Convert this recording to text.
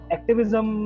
Activism